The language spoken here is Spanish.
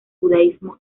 judaísmo